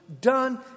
done